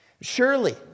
Surely